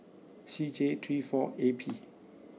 C J three four A P